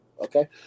Okay